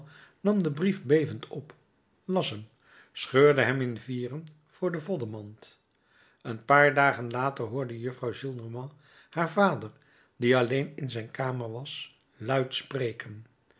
nam den brief bevend op las hem scheurde hem in vieren voor de voddenmand een paar dagen later hoorde juffrouw gillenormand haar vader die alleen in zijn kamer was luid spreken